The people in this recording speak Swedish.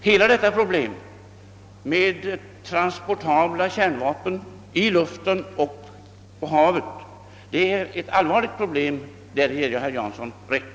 Hela detta problem med transportabla kärnvapen i luften och på havet är allvarligt, däri ger jag herr Jansson rätt.